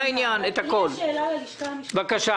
יש לי שאלה ללשכה המשפטית של משרד